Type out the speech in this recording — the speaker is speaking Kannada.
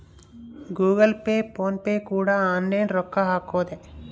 ಗೂಗಲ್ ಪೇ ಫೋನ್ ಪೇ ಕೂಡ ಆನ್ಲೈನ್ ರೊಕ್ಕ ಹಕೊದೆ